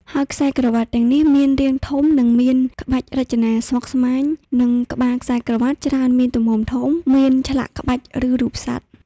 ហើយខ្សែក្រវាត់ទាំងនេះមាន រាងធំ និងមាន ក្បាច់រចនាស្មុគស្មាញ និងក្បាលខ្សែក្រវាត់ច្រើនមានទំហំធំ មានឆ្លាក់ក្បាច់ ឬរូបសត្វ។